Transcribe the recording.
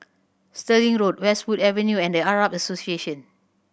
Stirling Road Westwood Avenue and The Arab Association